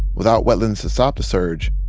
without wetlands to stop the surge,